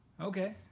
okay